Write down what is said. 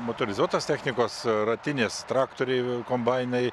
motorizuotos technikos ratinės traktoriai kombainai